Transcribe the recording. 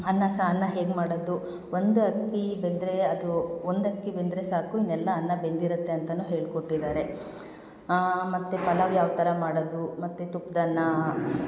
ಅನ್ನ ಸಹ ಅನ್ನ ಹೇಗೆ ಮಾಡೋದು ಒಂದು ಅಕ್ಕಿ ಬೆಂದರೆ ಅಥ್ವಾ ಒಂದು ಅಕ್ಕಿ ಬೆಂದರೆ ಸಾಕು ಇನ್ನೆಲ್ಲ ಅನ್ನ ಬೆಂದಿರುತ್ತೆ ಅಂತಲೂ ಹೇಳಿಕೊಟ್ಟಿದ್ದಾರೆ ಮತ್ತು ಪಲಾವು ಯಾವ ಥರ ಮಾಡೋದು ಮತ್ತು ತುಪ್ಪದನ್ನ